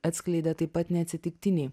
atskleidė taip pat neatsitiktiniai